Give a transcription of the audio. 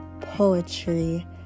Poetry